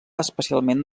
especialment